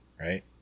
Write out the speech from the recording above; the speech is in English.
right